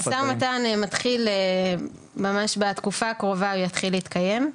המשא ומתן בתקופה הקרובה יתחיל להתקיים.